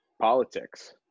politics